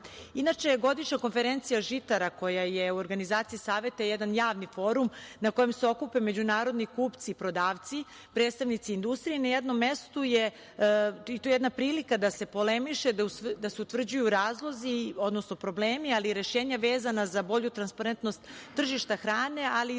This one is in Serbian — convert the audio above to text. hrane. Inače, godišnja konferencija žitara koja je u organizaciji Saveta je jedan javni forum na kojem se okupe međunarodni kupci i prodavci, predstavnici industrije, to je jedna prilika da se polemiše, da se utvrđuju razlozi, odnosno problemi ali i rešenja vezana za bolju transparentnost tržišta hrane ali i